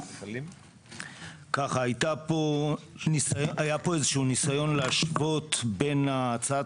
היה פה איזשהו ניסיון להשוות בין הצעת